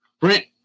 Brent